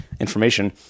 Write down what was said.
information